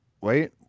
wait